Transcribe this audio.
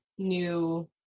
new